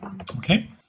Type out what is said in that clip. Okay